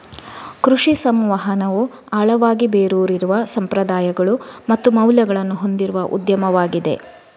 ಕೃಷಿ ಸಂವಹನವು ಆಳವಾಗಿ ಬೇರೂರಿರುವ ಸಂಪ್ರದಾಯಗಳು ಮತ್ತು ಮೌಲ್ಯಗಳನ್ನು ಹೊಂದಿರುವ ಉದ್ಯಮವಾಗಿದೆ